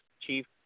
Chief